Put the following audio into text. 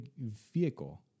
vehicle